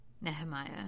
Nehemiah